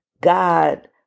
God